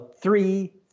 three